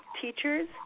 teachers